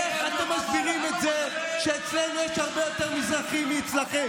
איך אתם מסבירים את זה שאצלנו יש הרבה יותר מזרחים מאצלכם?